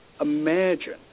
imagine